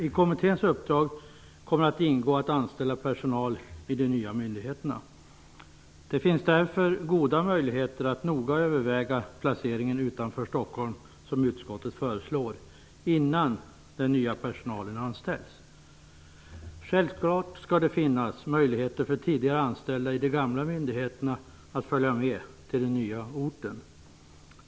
I kommitténs uppdrag kommer att ingå att anställa personal vid de nya myndigheterna. Det finns därför goda möjligheter att, som utskottet föreslår, noga överväga placering utanför Stockholm, innan den nya personalen anställs. Självklart skall det finnas möjligheter för tidigare anställda i de gamla myndigheterna att följa med till den nya orten.